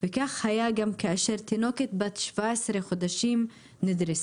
וכך היה גם כאשר תינוקת בת 17 חודשים נדרסה.